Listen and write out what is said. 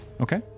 Okay